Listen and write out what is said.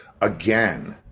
again